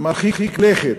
מרחיק לכת